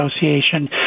Association